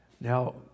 Now